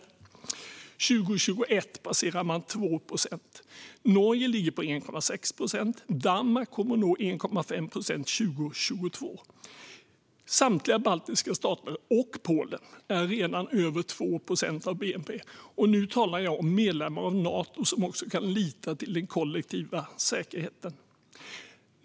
År 2021 passerar man 2 procent. Norge ligger på 1,6 procent. Danmark kommer att nå 1,5 procent 2022. Samtliga baltiska stater och Polen är redan över 2 procent av bnp. Och nu talar jag om medlemmar i Nato som också kan lita till den kollektiva säkerheten.